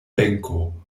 benko